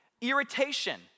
irritation